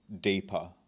deeper